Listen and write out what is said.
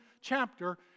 chapter